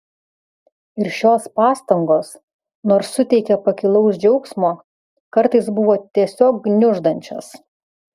ir šios pastangos nors suteikė pakilaus džiaugsmo kartais buvo tiesiog gniuždančios